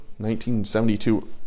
1972